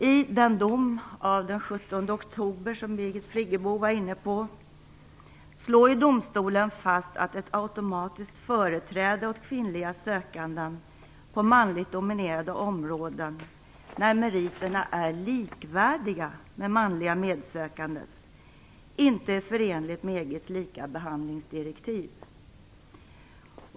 I den dom av den 17 oktober som Birigt Friggebo talade om slår domstolen fast att ett automatiskt företrädare åt kvinnliga sökanden på manligt dominerande områden när meriterna är likvärdiga med manliga medsökandens inte är förenligt med EG:s likabehandlingsdirektiv.